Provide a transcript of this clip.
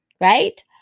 Right